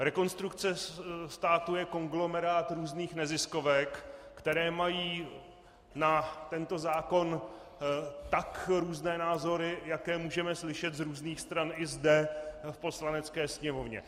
Rekonstrukce státu je konglomerát různých neziskovek, které mají na tento zákon tak různé názory, jaké můžeme slyšet z různých stran i zde v Poslanecké sněmovně.